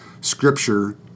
Scripture